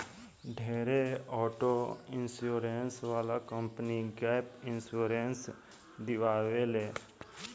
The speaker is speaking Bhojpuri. ढेरे ऑटो इंश्योरेंस वाला कंपनी गैप इंश्योरेंस दियावे ले